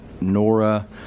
Nora